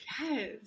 yes